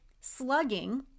slugging